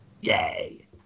Yay